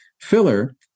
filler